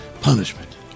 Punishment